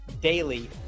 daily